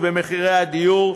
במחירי הדיור.